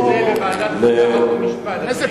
ועדת חוקה, חוק ומשפט, אדוני.